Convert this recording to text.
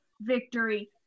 victory